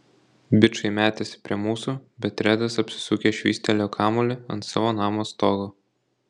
bičai metėsi prie mūsų bet redas apsisukęs švystelėjo kamuolį ant savo namo stogo